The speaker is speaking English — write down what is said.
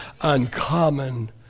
uncommon